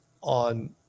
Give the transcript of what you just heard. on